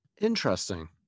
Interesting